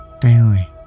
daily